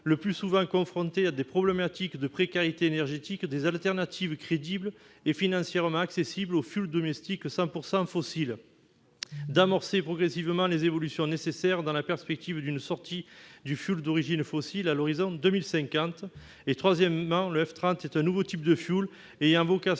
le plus souvent confrontés à des problèmes de précarité énergétique, des alternatives crédibles et financièrement accessibles au fioul domestique 100 % fossile, ainsi que d'amorcer progressivement les évolutions nécessaires dans la perspective d'une sortie du fioul d'origine fossile à l'horizon 2050. Troisièmement, le F30 est un nouveau type de fioul ayant vocation